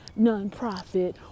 nonprofit